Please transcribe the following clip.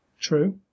True